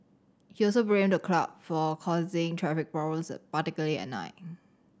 he also blamed the club for causing traffics particularly at night